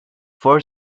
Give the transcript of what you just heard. four